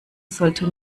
sollte